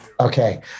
Okay